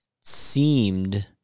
seemed